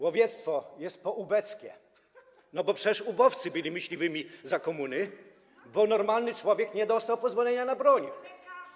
Łowiectwo jest poubeckie, no bo przecież ubowcy byli myśliwymi za komuny, bo normalny człowiek nie dostał pozwolenia na broń.